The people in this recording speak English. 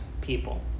people